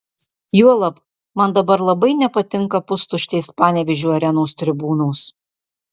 juolab man dabar labai nepatinka pustuštės panevėžio arenos tribūnos